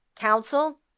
council